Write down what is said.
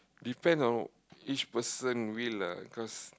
depend on each person will lah cause